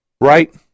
right